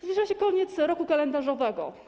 Zbliża się koniec roku kalendarzowego.